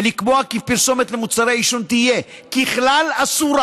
ולקבוע כי פרסומת למוצרי עישון תהיה אסורה ככלל,